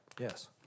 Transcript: Yes